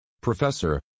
Professor